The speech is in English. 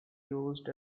used